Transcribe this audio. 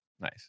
nice